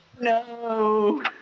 No